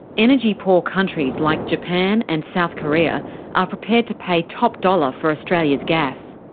energy-poor countries like japan and south korea are prepared to pay top dollar for australia's gas.